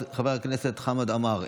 חבר הכנסת חמד עמר,